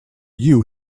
you